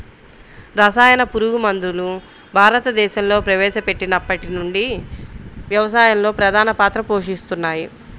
రసాయన పురుగుమందులు భారతదేశంలో ప్రవేశపెట్టినప్పటి నుండి వ్యవసాయంలో ప్రధాన పాత్ర పోషిస్తున్నాయి